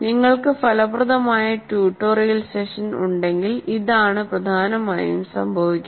നിങ്ങൾക്ക് ഫലപ്രദമായ tutorial session ഉണ്ടെങ്കിൽ ഇതാണ് പ്രധാനമായും സംഭവിക്കുന്നത്